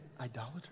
idolater